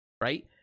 right